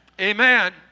Amen